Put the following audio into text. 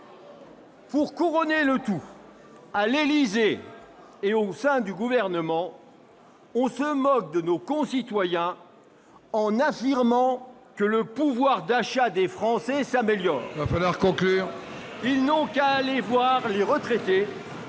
Pour couronner le tout, à l'Élysée et au sein du Gouvernement, on se moque de nos concitoyens ... Il faut conclure. ... en affirmant que le pouvoir d'achat des Français s'améliore. Ils n'ont qu'à aller voir les retraités